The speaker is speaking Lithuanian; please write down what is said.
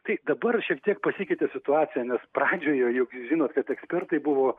tai dabar šiek tiek pasikeitė situacija nes pradžioje juk žinot kad ekspertai buvo